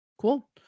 Cool